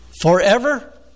forever